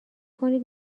کنید